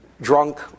drunk